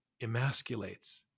emasculates